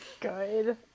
Good